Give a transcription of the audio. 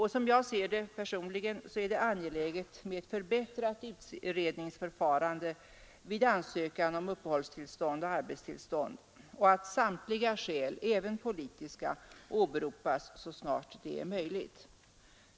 Som jag ser det är det angeläget med ett förbättrat utredningsförfarande vid ansökan om uppehållsoch arbetstillstånd samt att alla skäl, även politiska, åberopas så snart det är möjligt.